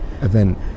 event